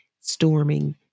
storming